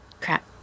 crap